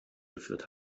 geführt